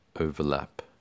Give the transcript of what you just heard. overlap